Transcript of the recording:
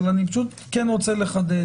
אבל אני פשוט כן רוצה לחדד,